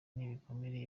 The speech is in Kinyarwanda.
n’ibikomere